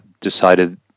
decided